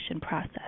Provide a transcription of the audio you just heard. process